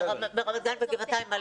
רמת גן וגבעתיים.